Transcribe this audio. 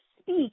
speak